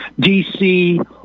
DC